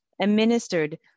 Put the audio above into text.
administered